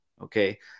okay